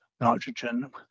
nitrogen